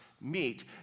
meet